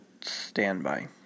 standby